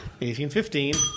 1815